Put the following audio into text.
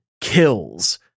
Kills